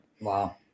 Wow